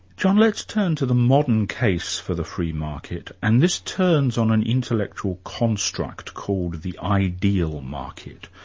john, let's turn to the modern case for the free market, and this turns on an intellectual construct called the ideal market.